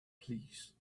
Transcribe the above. please